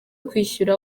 kwishyura